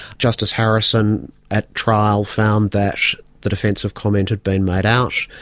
justice harrison at trial found that the defensive comment had been made out.